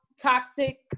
toxic